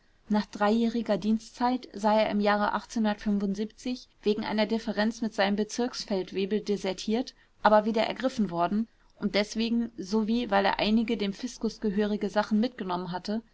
nach dreijähriger dienstzeit sei er im jahre wegen einer differenz mit seinem bezirks feldwebel desertiert aber wieder ergriffen worden und deswegen sowie weil er einige dem fiskus gehörige sachen mitgenommen hatte